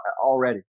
already